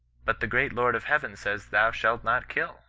but the great lord of heaven says, thou shalt not hilv